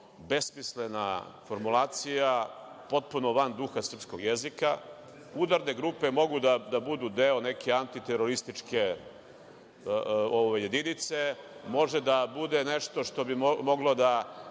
besmislena formulacija, potpuno van duha srpskog jezika. Udarne grupe mogu da budu deo neke antiterorističke jedinice, može da bude nešto što bi moglo da